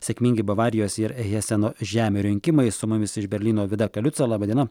sėkmingi bavarijos ir heseno žemių rinkimai su mumis iš berlyno vida kaliuca laba diena